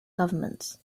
governments